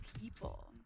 people